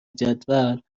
جدول